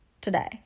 today